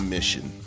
Mission